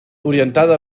orientada